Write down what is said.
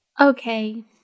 Okay